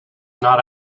not